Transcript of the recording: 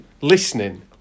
Listening